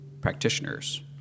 practitioners